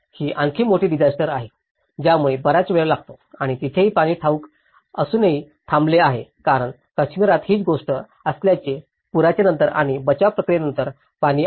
आणि ही आणखी मोठी डिसायस्टर आहे त्यामुळे बराच वेळ लागतो आणि तिथेही पाणी ठाऊक असूनही थांबले आहे कारण काश्मिरातही हीच गोष्ट असल्याचे पुराच्या नंतर आणि बचाव प्रक्रियेनंतरही पाणी आहे